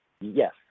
Yes